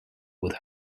with